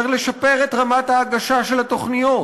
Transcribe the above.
צריך לשפר את רמת ההגשה של התוכניות,